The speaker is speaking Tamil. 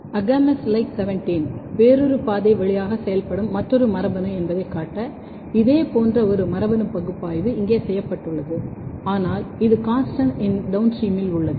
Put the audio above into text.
AGAMOUS LIKE 17 வேறொரு பாதை வழியாக செயல்படும் மற்றொரு மரபணு என்பதைக் காட்ட இதேபோன்ற ஒரு மரபணு பகுப்பாய்வு இங்கே செய்யப்பட்டுள்ளது ஆனால் இது CONSTANST இன் டௌன்ஸ்ட்ரீமில் உள்ளது